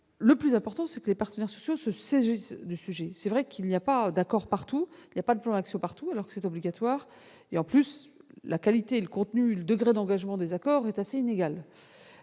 le plus important est que les partenaires sociaux se saisissent du sujet. Il est vrai qu'il n'y a pas d'accord ou de plan d'action partout, alors que c'est obligatoire. De plus, la qualité du contenu et le degré d'engagement des accords sont assez inégaux.